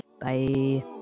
Bye